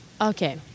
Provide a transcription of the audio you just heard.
okay